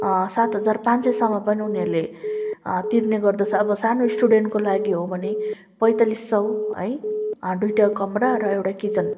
सात हजार पाँच सयसम्म पनि उनीहरूले तिर्ने गर्दछ अब सानो स्टुडेन्टको लागि हो भने पैँतालिस सय है दुइटा कमरा र एउटा किचन